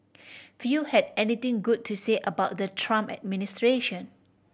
few had anything good to say about the Trump administration